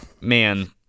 man